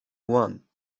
one